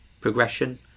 progression